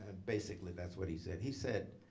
ah basically that's what he said. he said,